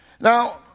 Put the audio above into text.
Now